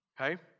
Okay